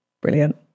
Brilliant